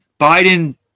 Biden –